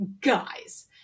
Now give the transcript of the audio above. guys